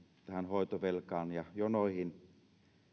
tähän hoitovelkaan ja jonoihin